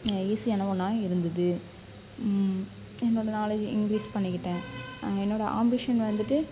ஈஸியான ஒன்றா இருந்தது என்னோடய நாலேஜ் இன்கிரீஸ் பண்ணிக்கிட்டேன் என்னோடய ஆம்பிசன் வந்துட்டு